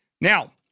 Now